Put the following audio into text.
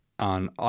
on